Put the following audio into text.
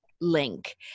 link